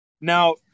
Now